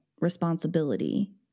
responsibility